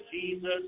Jesus